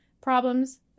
problems